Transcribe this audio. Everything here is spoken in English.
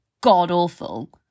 god-awful